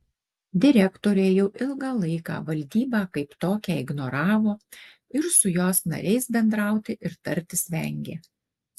direktorė jau ilgą laiką valdybą kaip tokią ignoravo ir su jos nariais bendrauti ir tartis vengė